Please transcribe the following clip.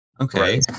Okay